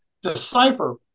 Decipher